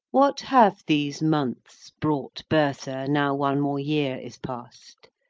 what have these months brought bertha now one more year is past?